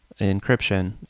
encryption